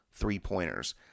Three-pointers